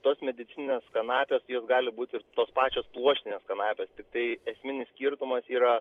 tos medicininės kanapės jos gali būti ir tos pačios pluoštinės kanapės tiktai esminis skirtumas yra